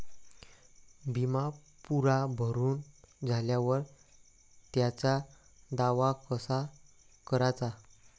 बिमा पुरा भरून झाल्यावर त्याचा दावा कसा कराचा?